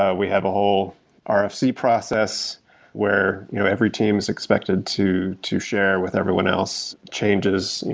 ah we have a whole ah rfc process where you know every team is expected to to share with everyone else changes,